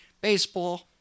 baseball